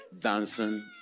dancing